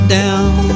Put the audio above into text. down